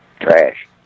trash